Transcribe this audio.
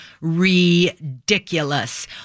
ridiculous